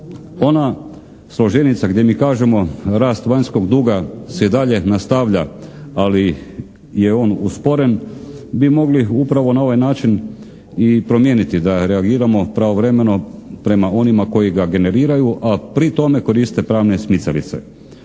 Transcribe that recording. Ona složenica gdje mi kažemo rast vanjskog duga se dalje nastavlja ali je on usporen bi mogli upravo na ovaj način i promijeniti da reagiramo pravovremeno prema onima koji ga generiraju a pri tome koriste pravne smicalice.